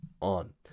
ON